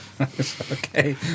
okay